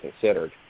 considered